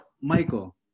Michael